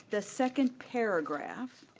the second paragraph.